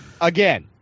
again